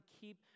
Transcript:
keep